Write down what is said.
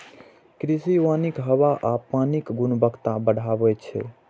कृषि वानिक हवा आ पानिक गुणवत्ता बढ़बै छै